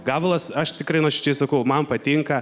gabalas aš tikrai nuoširdžiai sakau man patinka